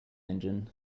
engine